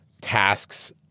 tasks